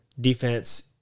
defense